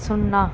సున్నా